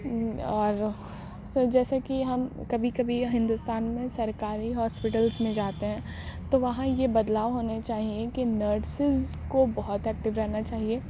اور سر جیسے کہ ہم کبھی کبھی ہندوستان میں سرکاری ہاسپٹلس میں جاتے ہیں تو وہاں یہ بدلاؤ ہونے چاہیے کہ نرسیز کو بہت ایکٹو رہنا چاہیے